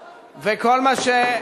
ואת, גברתי,